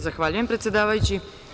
Zahvaljujem, predsedavajući.